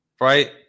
Right